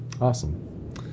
awesome